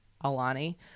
alani